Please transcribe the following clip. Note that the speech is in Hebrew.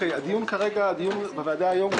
הדיון כרגע בוועדה היום לא